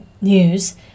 news